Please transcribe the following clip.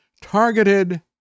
targeted